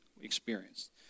experienced